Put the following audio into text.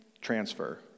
transfer